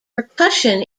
percussion